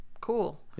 cool